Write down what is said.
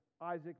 Isaac